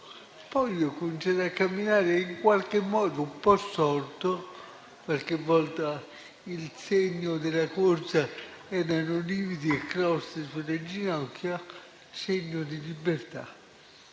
Poi ho cominciato a camminare in qualche modo un po' storto; qualche volta il segno della corsa erano lividi e croste sulle ginocchia, segno di libertà.